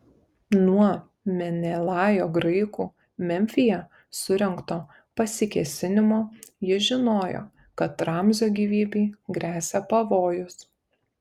nuo menelajo graikų memfyje surengto pasikėsinimo jis žinojo kad ramzio gyvybei gresia pavojus